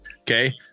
Okay